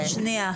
השימוש.